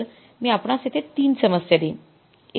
तर मी आपणास येथे ३ समस्या देईन